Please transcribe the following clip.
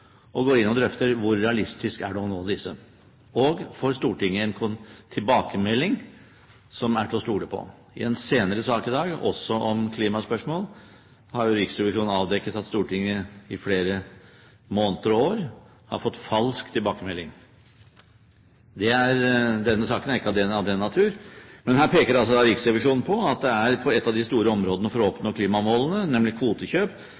og går inn og drøfter hvor realistisk det er å nå disse. For Stortinget er det en tilbakemelding som er til å stole på. I en senere sak i dag, også om klimaspørsmål, har Riksrevisjonen avdekket at Stortinget i flere måneder og år har fått falsk tilbakemelding. Denne saken er ikke av den natur, men her peker Riksrevisjonen på at det på et av de store områdene for å oppnå klimamålene, nemlig kvotekjøp,